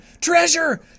Treasure